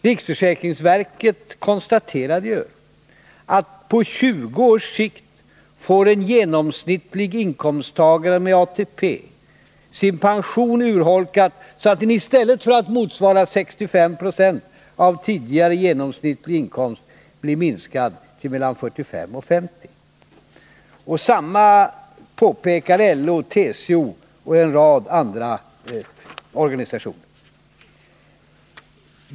Riksförsäkringsverket konstaterade ju att på 20 års sikt får en genomsnittlig inkomsttagare med ATP sin pension urholkad så att den i stället för att motsvara 65 26 av tidigare genomsnittlig inkomst blir minskad till mellan 45 och 50 26. Detsamma påpekar LO, TCO och en rad andra organisationer.